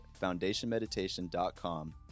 foundationmeditation.com